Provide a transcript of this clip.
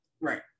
Right